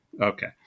Okay